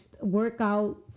workout